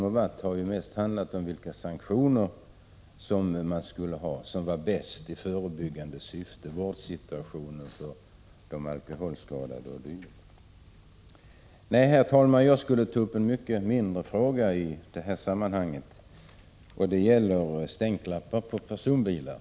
Debatten har ju hittills mest handlat om vilka sanktioner som är bäst i förebyggande syfte, vårdsituationen för de alkoholskadade o.d. Jag avser, herr talman, att ta upp en mycket mindre fråga i detta sammanhang; den gäller s.k. stänklappar på personbilar.